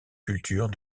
cultures